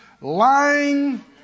lying